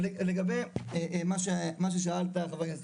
ולגבי מה ששאלת חבר הכנסת,